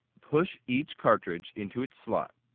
push each cartridge into its slot.